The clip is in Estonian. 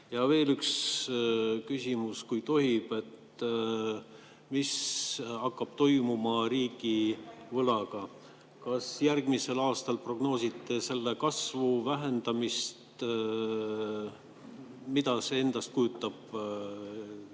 Ja veel üks küsimus, kui tohib. Mis hakkab toimuma riigivõlaga? Kas järgmisel aastal prognoosite selle kasvu, vähendamist – mida see endast kujutab?